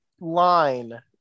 line